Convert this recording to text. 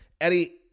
Eddie